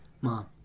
Mom